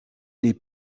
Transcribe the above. les